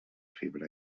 fibra